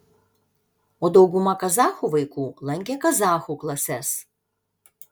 o dauguma kazachų vaikų lankė kazachų klases